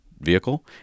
vehicle